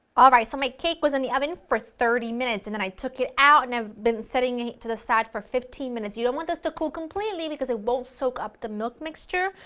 alright, so my cake was in the oven for thirty minutes and then i took it out and it's been sitting to the side for fifteen minutes, you don't want this to cool completely, because it won't soak up the milk mixture.